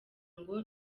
ngo